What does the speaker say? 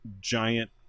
giant